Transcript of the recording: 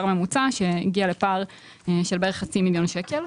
ממוצע שהגיע לפער של בערך חצי מיליון שקל.